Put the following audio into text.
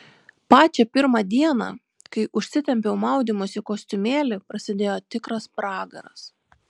pačią pirmą dieną kai užsitempiau maudymosi kostiumėlį prasidėjo tikras pragaras